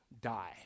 die